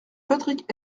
patrick